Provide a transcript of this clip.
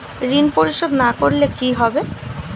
ঋণ পরিশোধ না করলে কি হবে?